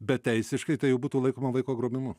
bet teisiškai tai jau būtų laikoma vaiko grobimu